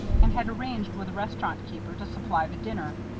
and had arranged with a restaurant keeper to supply the dinner.